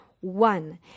One